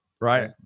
Right